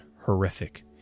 horrific